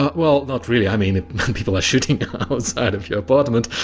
but well, not really. i mean, when people are shooting outside of your apartment,